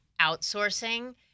outsourcing